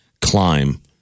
climb